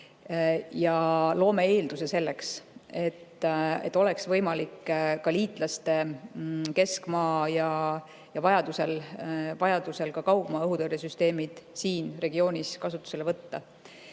Me loome eelduse selleks, et oleks võimalik liitlaste keskmaa ja vajaduse korral ka kaugmaa õhutõrje süsteemid siin regioonis kasutusele võtta